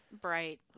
bright